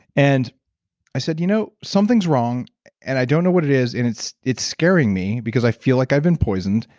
and i said you know, something's wrong and i don't know what it is and it's it's scaring me because i feel like i've been poisoned,